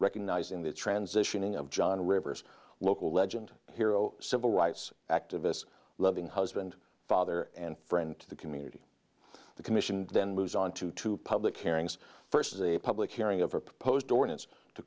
recognizing the transitioning of john rivers local legend hero civil rights activists loving husband father and friend to the community the commission then moves on to two public hearings first as a public hearing of a proposed ordinance to